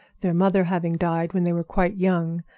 their mother having died when they were quite young,